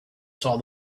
saw